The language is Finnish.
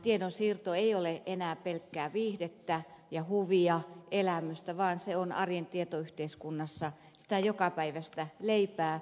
tiedonsiirto ei ole enää pelkkää viihdettä ja huvia elämystä vaan se on arjen tietoyhteiskunnassa sitä jokapäiväistä leipää